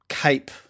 cape